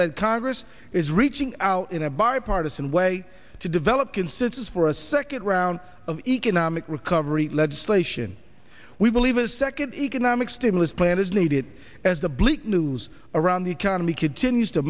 led congress is reaching out in a bipartisan way to develop consensus for a second round of economic recovery legislation we believe a second economic stimulus plan is needed as the bleak news around the economy continues to